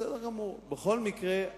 בכל מקרה,